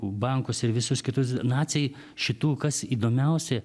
bankus ir visus kitus naciai šitų kas įdomiausia